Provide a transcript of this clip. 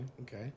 Okay